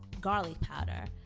garlic powder,